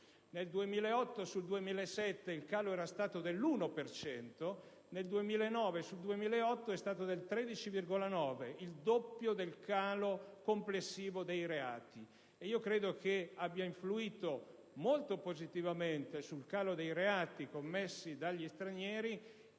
Nel 2008 rispetto al 2007 il calo era stato dell'1 per cento; nel 2009 rispetto al 2008 è stato del 13,9: il doppio del calo complessivo dei reati. Credo che abbia influito molto positivamente sul calo dei reati commessi dagli stranieri